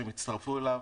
שהן יצטרפו אליו,